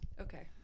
Okay